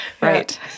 Right